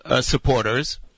supporters